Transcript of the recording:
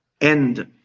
end